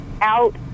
out